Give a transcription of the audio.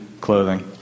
clothing